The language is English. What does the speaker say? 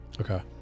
Okay